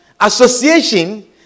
association